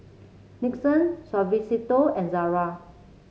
Nixon Suavecito and Zara